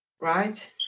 Right